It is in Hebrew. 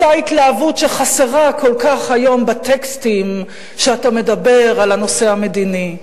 אותה התלהבות שחסרה כל כך היום בטקסטים כשאתה מדבר על הנושא המדיני.